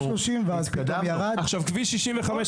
ואז זה פתאום ירד --- לגבי כביש 65,